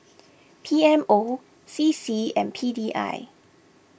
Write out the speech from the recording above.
P M O C C and P D I